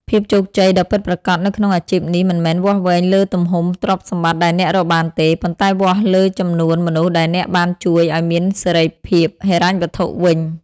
ភាពជោគជ័យដ៏ពិតប្រាកដនៅក្នុងអាជីពនេះមិនមែនវាស់វែងលើទំហំទ្រព្យសម្បត្តិដែលអ្នករកបានទេ ប៉ុន្តែវាស់លើចំនួនមនុស្សដែលអ្នកបានជួយឱ្យមានសេរីភាពហិរញ្ញវត្ថុវិញ។